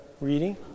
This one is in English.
reading